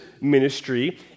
ministry